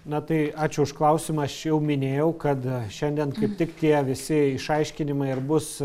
na tai ačiū už klausimą aš jau minėjau kad šiandien kaip tik tie visi išaiškinimai ir bus